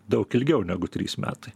daug ilgiau negu trys metai